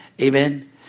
amen